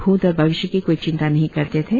भूत और भविष्य की कोई चिंता नहीं करते थे